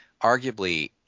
arguably